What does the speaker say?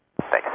Thanks